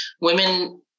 women